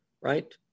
right